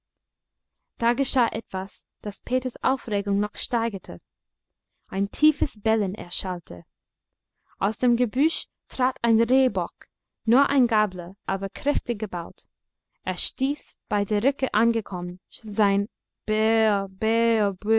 da geschah etwas das peters aufregung noch steigerte ein tiefes bellen erschallte aus dem gebüsch trat ein rehbock nur ein gabler aber kräftig gebaut er stieß bei der ricke angekommen sein